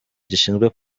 gishinzwe